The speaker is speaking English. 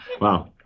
wow